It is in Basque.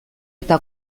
eta